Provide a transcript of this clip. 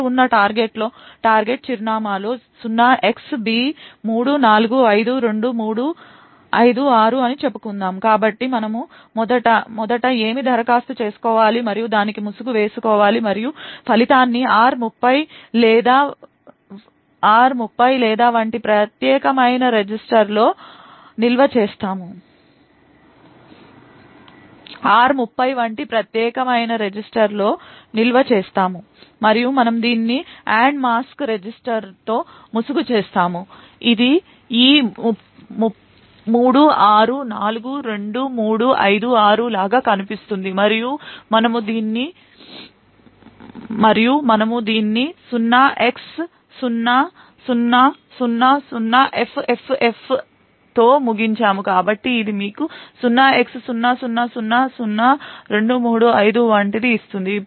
Rఉన్న target చిరునామా లో 0xb3452356 అని చెప్పుకుందాం కాబట్టి మనము మొదట ఏమి దరఖాస్తు చేసుకోవాలి మరియు దానికి ముసుగు వేసుకోవాలి మరియు ఫలితాన్ని r30 వంటి ప్రత్యేకమైన రిజిస్టర్లో నిల్వ చేస్తాము మరియు మనము దీనిని AND మాస్క్ రిజిస్టర్తో ముసుగు చేస్తాము ఇది ఈ 36452356 లాగా కనిపిస్తుంది మరియు మనము దీన్ని 0x0000FFFF తో ముగించాము కాబట్టి ఇది మీకు 0x00002356 వంటిది ఇస్తుంది